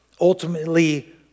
ultimately